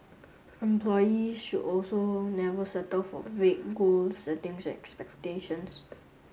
employees should also never settle for vague goal settings and expectations